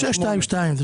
שש, שתיים, שתיים.